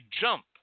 jump